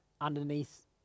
underneath